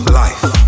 life